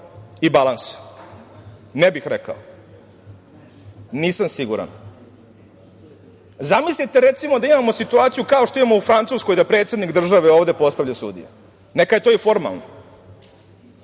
i balansa. Ne bih rekao. Nisam siguran. Zamislite da imamo situaciju kao što imamo u Francuskoj da predsednik države ovde postavlja sudije. Neka je to i formalno.